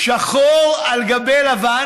שחור על גבי לבן,